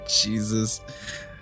Jesus